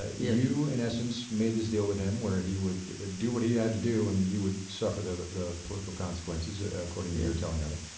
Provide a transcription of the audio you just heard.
you, in essence, made this deal with him where he would do what he had to do and you would suffer the the political consequences, ah according to your telling of it.